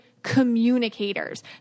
Communicators